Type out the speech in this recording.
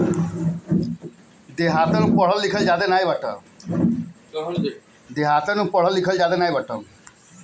mini statement से पिछला दस बार के लेनदेन के जानकारी लेहल जा सकत हवे